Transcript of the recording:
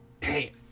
Hey